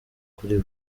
kuri